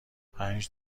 پنج